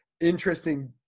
interesting